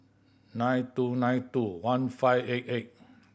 nine two nine two one five eight eight